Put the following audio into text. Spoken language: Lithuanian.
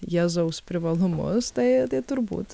jėzaus privalumus tai tai turbūt